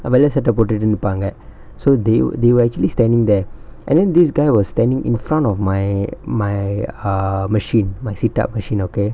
ah வெள்ள சட்ட போட்டுட்டு நிப்பாங்க:vella satta potuttu nippaanga so they we~ they were actually standing there and then this guy was standing in front of my my uh machine my sit up machine okay